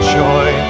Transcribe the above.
joy